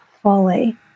fully